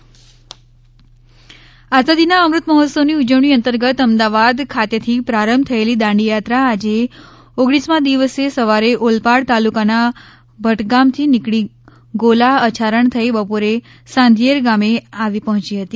દાંડી યાત્રા આઝાદીના અમૃત મહોત્સવની ઉજવણી અંતર્ગત અમદાવાદ ખાતેથી પ્રારંભ થયેલી દાંડીયાત્રા આજે ઓગણીસમાં દિવસે સવારે ઓલપાડ તાલુકાના ભટગામથી નીકળી ગોલા અછારણ થઈ બપોરે સાંધિયેર ગામે આવી પહોંચી હતી